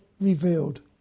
revealed